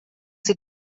sie